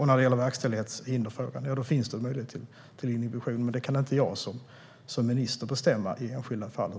När det gäller verkställighetshinder finns det möjlighet till inhibition, men det kan inte jag som minister bestämma om i enskilda fall.